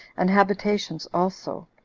and habitations also,